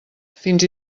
fins